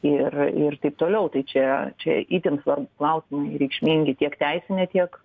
ir ir taip toliau tai čia čia itin svarbūs klausimai reikšmingi tiek teisine tiek